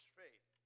faith